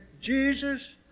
Jesus